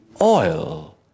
oil